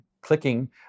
clicking